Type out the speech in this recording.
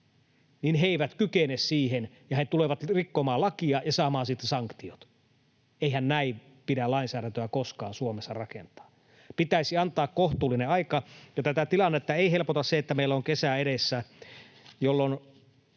niin he eivät kykene siihen ja he tulevat rikkomaan lakia ja saamaan siitä sanktiot. Eihän näin pidä lainsäädäntöä koskaan Suomessa rakentaa. Pitäisi antaa kohtuullinen aika, ja tätä tilannetta ei helpota se, että meillä on kesä edessä, jolloin